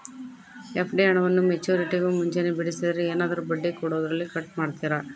FD ಹಣವನ್ನು ಮೆಚ್ಯೂರಿಟಿಗೂ ಮುಂಚೆನೇ ಬಿಡಿಸಿದರೆ ಏನಾದರೂ ಬಡ್ಡಿ ಕೊಡೋದರಲ್ಲಿ ಕಟ್ ಮಾಡ್ತೇರಾ?